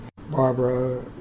Barbara